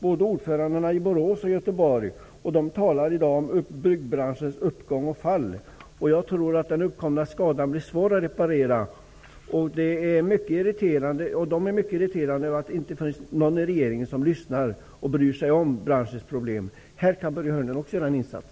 Både ordföranden i Borås och ordföranden i Göteborg talar i dag om byggbranschens uppgång och fall. Jag tror att den uppkomna skadan blir svår att reparera. De är mycket irriterade över att det inte finns någon i regeringen som lyssnar och bryr sig om branschens problem. Här kan Börje Hörnlund också göra en insats.